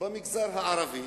במגזר הערבי,